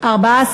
נתקבלה.